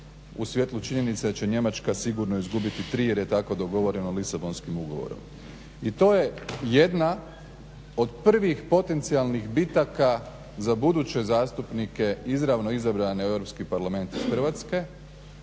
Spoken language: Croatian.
u svjetlu činjenica da će Njemačka sigurno izgubiti tri jer je tako dogovoreno Lisabonskim ugovorom. I to je jedna od prvih potencijalnih bitaka za buduće zastupnike izravno izabrane u Europski parlament iz Hrvatske,